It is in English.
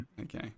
Okay